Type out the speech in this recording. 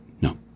No